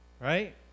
right